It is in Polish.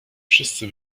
wszyscy